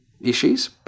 issues